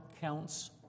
counts